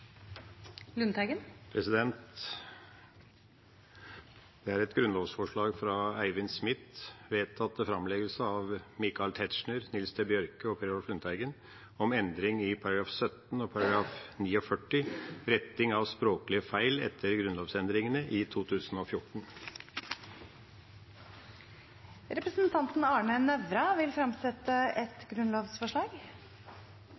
Det er et grunnlovsforslag fra Eivind Smith, vedtatt til framleggelse av Michael Tetzschner, Nils T. Bjørke og Per Olaf Lundteigen, om endring i §§ 17 og 49, retting av språklige feil etter grunnlovsendringene i 2014. Representanten Arne Nævra vil